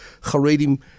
Haredim